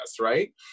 right